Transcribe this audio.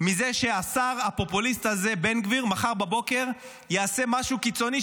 מזה שמחר בבוקר השר הפופוליסט הזה בן גביר יעשה משהו קיצוני,